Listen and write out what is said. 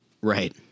right